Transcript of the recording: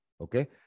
Okay